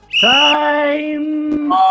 Time